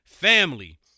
family